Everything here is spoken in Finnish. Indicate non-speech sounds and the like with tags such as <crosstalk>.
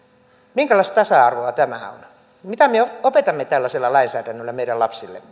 minkälaista tasa arvoa tämä on mitä me opetamme tällaisella lainsäädännöllä meidän lapsillemme <unintelligible>